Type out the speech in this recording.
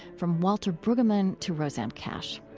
from walter brueggemann to rosanne cash.